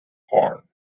horn